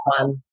one